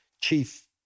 chief